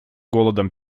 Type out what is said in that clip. голодом